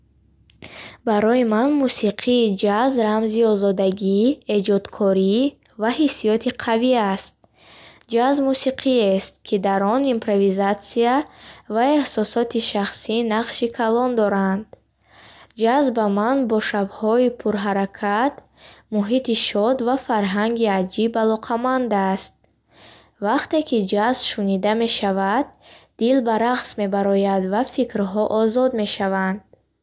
Барои ман мусиқии джаз рамзи озодагӣ, эҷодкорӣ ва ҳиссиёти қавӣ аст. Джаз мусиқиест, ки дар он импровизатсия ва эҳсосоти шахсӣ нақши калон доранд. Джаз ба ман бо шабҳои пурҳаракат, муҳити шод ва фарҳанги аҷиб алоқаманд аст. Вақте ки джаз шунида мешавад, дил ба рақс мебарояд ва фикрҳо озод мешаванд.